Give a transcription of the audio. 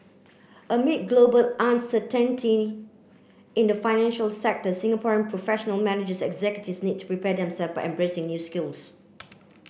amid global uncertainty in the financial sector Singaporean professional managers executives need to prepare themself by embracing new skills